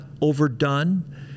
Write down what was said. overdone